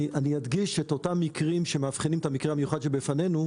אדגיש את אותם מקרים שמאבחנים את המקרה המיוחד שבפנינו,